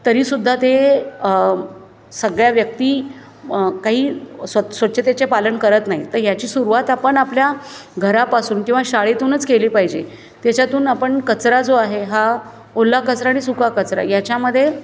तरी सुद्धा ते सगळ्या व्यक्ती काही स्व स्वच्छतेचे पालन करत नाहीत तर ह्याची सुरुवात आपण आपल्या घरापासून किंवा शाळेतूनच केली पाहिजे त्याच्यातून आपण कचरा जो आहे हा ओला कचरा आणि सुका कचरा ह्याच्यामध्ये